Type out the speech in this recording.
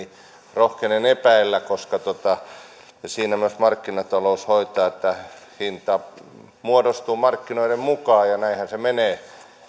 rohkenen epäillä koska siinä myös markkinatalous hoitaa että hinta muodostuu markkinoiden mukaan ja näinhän se menee